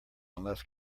unless